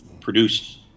produced